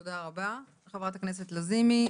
תודה רבה חברת הכנסת לזימי.